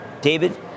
David